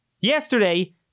Yesterday